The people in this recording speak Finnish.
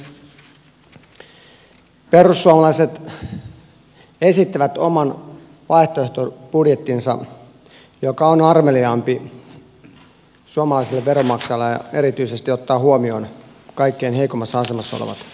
perussuomalaiset esittivät oman vaihtoehtobudjettinsa joka on armeliaampi suomalaisille veronmaksajille ja erityisesti ottaa huomioon kaikkein heikoimmassa asemassa olevat kansalaiset